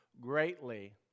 greatly